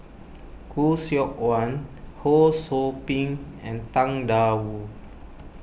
Khoo Seok Wan Ho Sou Ping and Tang Da Wu